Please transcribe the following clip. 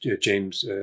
James